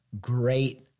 great